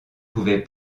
pouvaient